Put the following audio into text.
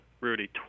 Rudy